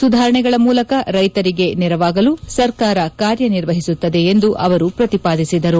ಸುಧಾರಣೆಗಳ ಮೂಲಕ ರೈತರಿಗೆ ನೆರವಾಗಲು ಸರ್ಕಾರ ಕಾರ್ಯನಿರ್ವಹಿಸುತ್ತದೆ ಎಂದು ಅವರು ಪ್ರತಿಪಾದಿಸಿದರು